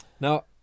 Now